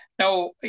Now